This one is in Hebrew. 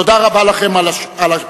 תודה רבה לכם על הקשבתכם.